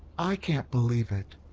i can't believe it.